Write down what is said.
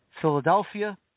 Philadelphia